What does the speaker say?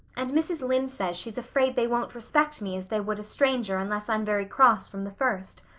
and mrs. lynde says she's afraid they won't respect me as they would a stranger unless i'm very cross from the first.